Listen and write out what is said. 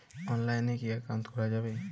অনলাইনে কি অ্যাকাউন্ট খোলা যাবে?